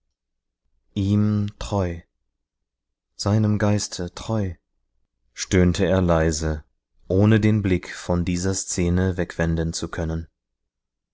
ihm treu seinem geiste treu stöhnte er leise ohne den blick von dieser szene wegwenden zu können